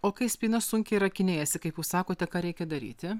o kai spyna sunkiai rakinėjasi kaip jūs sakote ką reikia daryti